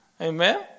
Amen